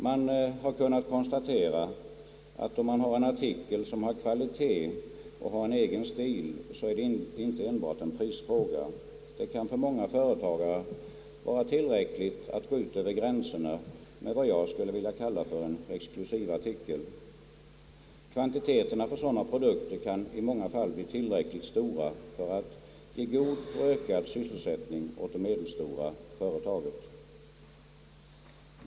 Man har kunnat konstatera att om man har en artikel, som har kvalitet och en egen stil, är inte exportmöjligheten enbart en prisfråga. Det kan för många företag vara tillräckligt att gå ut över gränserna med vad jag skulle vilja kalla för exklusivartiklar. Kvantiteterna för sådana produkter kan i många fall bli tillräckligt stora för att ge god och ökad sysselsättning åt det medelstora företaget.